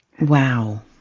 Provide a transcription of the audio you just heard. Wow